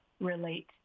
relate